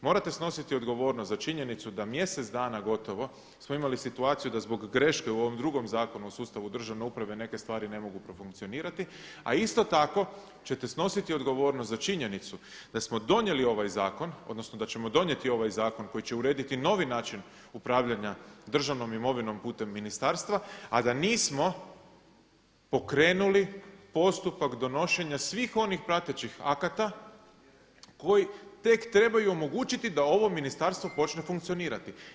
Morate snositi odgovornost za činjenicu da mjesec dana gotovo smo imali situaciju da zbog greške u ovom drugom Zakonu o sustavu državne uprave neke stvari ne mogu profunkcionirati, a isto tako ćete snositi odgovornost za činjenicu da smo donijeli ovaj zakon odnosno da ćemo donijeti ovaj zakon koji će urediti novi način upravljanja državnom imovinom putem ministarstva, a da nismo pokrenuli postupak donošenja svih onih pratećih akata koji tek trebaju omogućiti da ovo ministarstvo počne funkcionirati.